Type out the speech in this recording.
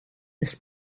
this